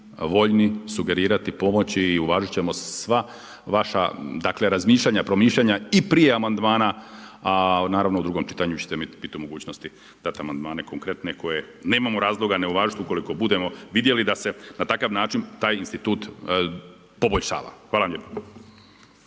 voljni sugerirati, pomoći i uvažiti ćemo sva vaša dakle razmišljanja, promišljanja i prije amandmana a naravno u 2 čitanju ćete biti u mogućnosti dati amandmane konkretne koje nemamo razloga ne uvažiti ukoliko budemo vidjeli da se na takav način taj institut poboljšava. Hvala vam lijepa.